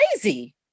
crazy